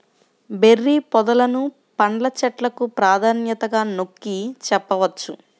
berry పొదలను పండ్ల చెట్లకు ప్రాధాన్యతగా నొక్కి చెప్పవచ్చు